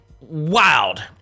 wild